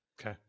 Okay